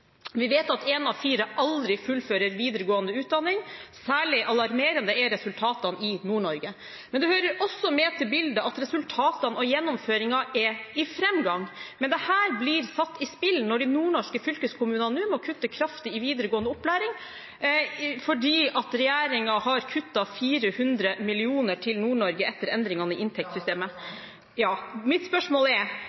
Vi vet at én av fire aldri fullfører videregående utdanning. Særlig alarmerende er resultatene i Nord-Norge. Det hører med til bildet at resultatene og gjennomføringen er i framgang, men dette blir satt i spill når de nordnorske fylkeskommunene nå må kutte kraftig i videregående opplæring fordi regjeringen har kuttet 400 mill. kr til Nord-Norge etter endringene i inntektssystemet.